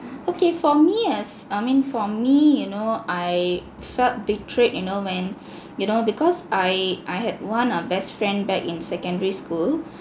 okay for me as I mean for me you know I felt betrayed you know when you know because I I had one uh best friend back in secondary school